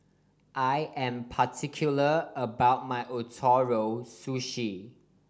I am particular about my Ootoro Sushi